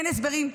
אין הסברים.